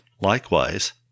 Likewise